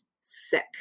sick